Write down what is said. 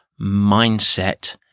mindset